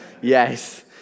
Yes